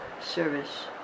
service